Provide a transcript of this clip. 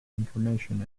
information